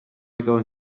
going